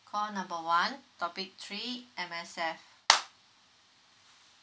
call number one topic three M_S_F